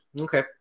Okay